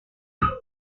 suicide